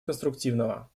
конструктивного